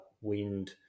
wind